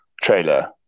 trailer